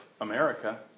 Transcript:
America